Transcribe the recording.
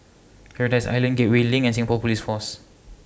Paradise Island Gateway LINK and Singapore Police Force